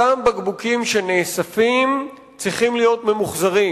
אותם בקבוקים שנאספים צריכים להיות ממוחזרים.